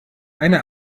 eine